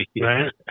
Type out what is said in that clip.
Right